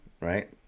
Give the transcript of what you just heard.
right